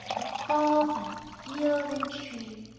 it falls on field and tree,